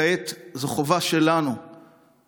כעת זו חובה שלנו להירתם,